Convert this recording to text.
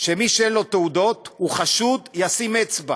שמי שאין לו תעודות, הוא חשוד, ישים אצבע,